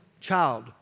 child